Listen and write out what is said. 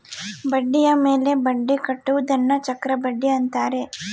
ಬಡ್ಡಿಯ ಮೇಲೆ ಬಡ್ಡಿ ಕಟ್ಟುವುದನ್ನ ಚಕ್ರಬಡ್ಡಿ ಅಂತಾರೆ